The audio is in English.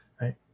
right